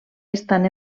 estan